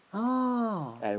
oh